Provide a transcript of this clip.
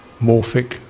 morphic